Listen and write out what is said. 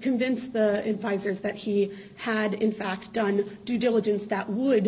convince the advisors that he had in fact done due diligence that would